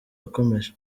akomeje